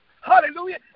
Hallelujah